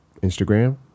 Instagram